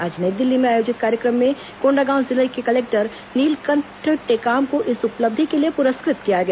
आज नई दिल्ली में आयोजित कार्यक्रम में कोण्डागांव जिले के कलेक्टर नीलकंठ टेकाम को इस उपलब्धि के लिए पुरस्कृत किया गया